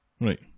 Right